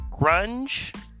grunge